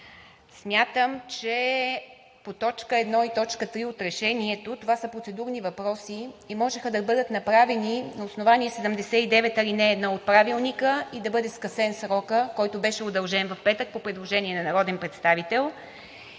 Смятам, че по т. 1 и т. 3 от Решението, това са процедурни въпроси и можеха да бъдат направени на основание чл. 79, ал. 1 от Правилника и да бъде скъсен срокът, който беше удължен в петък по предложение на народен представител,